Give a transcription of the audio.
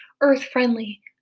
earth-friendly